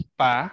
pa